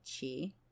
chi